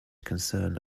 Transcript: concern